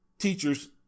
teachers